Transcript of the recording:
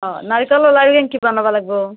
অঁ নাৰিকলৰ লাড়ু কেনকৈ বনাব লাগিব